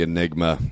Enigma